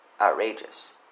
outrageous